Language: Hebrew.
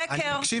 שקר.